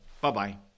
Bye-bye